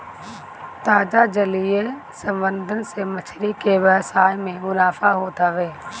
ताजा जलीय संवर्धन से मछरी के व्यवसाय में मुनाफा होत हवे